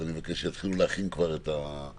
אז אני מבקש שיתחילו כבר להכין אותן.